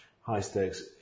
high-stakes